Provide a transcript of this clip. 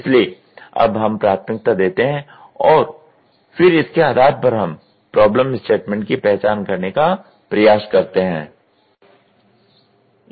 इसलिए अब हम प्राथमिकता देते हैं और फिर इसके आधार पर हम प्रॉब्लम स्टेटमेंट की पहचान करने का प्रयास करते हैं